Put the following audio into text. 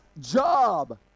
Job